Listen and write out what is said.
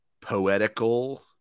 poetical